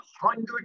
hundred